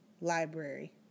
Library